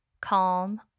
calm